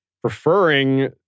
preferring